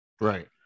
Right